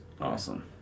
Awesome